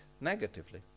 negatively